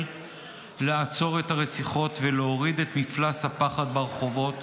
לעצור את הרציחות ולהוריד את מפלס הפחד ברחובות,